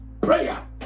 Prayer